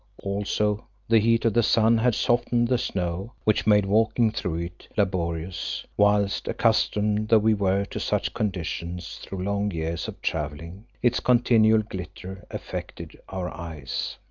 also the heat of the sun had softened the snow, which made walking through it laborious, whilst, accustomed though we were to such conditions through long years of travelling, its continual glitter affected our eyes.